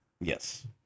Yes